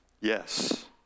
Yes